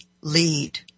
lead